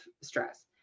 stress